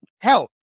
Help